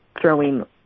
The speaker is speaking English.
throwing